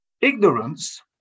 Ignorance